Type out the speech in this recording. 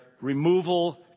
removal